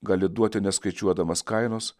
gali duoti neskaičiuodamas kainos